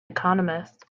economist